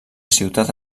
ciutat